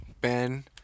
Ben